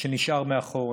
שנשאר מאחור,